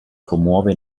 commuove